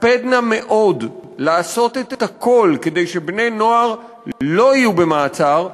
תקפדנה מאוד לעשות את הכול כדי שבני-נוער לא יהיו במעצר,